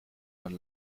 man